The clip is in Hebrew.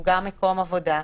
והוא גם מקום עבודה,